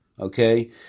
okay